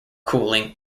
cooling